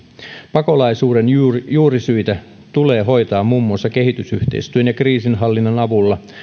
pakolaisuuden juurisyitä tulee hoitaa muun muassa kehitysyhteistyön ja kriisinhallinnan avulla